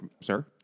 sir